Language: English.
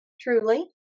truly